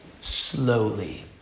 slowly